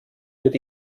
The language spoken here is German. wird